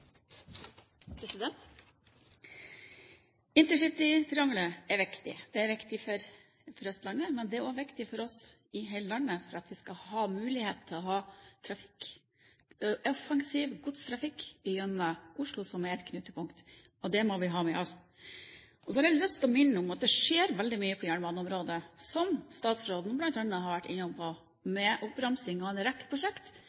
viktig. Det er viktig for Østlandet, men det er også viktig for hele landet, for at vi skal ha mulighet til å ha trafikk – og en offensiv godstrafikk – gjennom Oslo, som er et knutepunkt. Det må vi ha med oss. Så har jeg lyst til å minne om at det skjer veldig mye på jernbaneområdet, som statsråden bl.a. har vært innom,